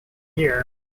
year